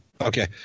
Okay